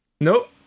Nope